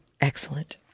Excellent